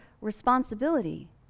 responsibility